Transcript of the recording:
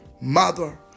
Mother